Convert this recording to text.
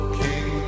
king